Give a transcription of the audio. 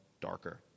darker